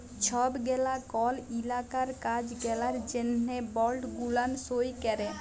ছব গেলা কল ইলাকার কাজ গেলার জ্যনহে বল্ড গুলান সই ক্যরে